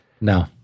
No